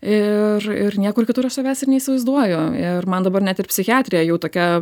ir ir niekur kitur aš savęs ir neįsivaizduoju ir man dabar net ir psichiatrija jau tokia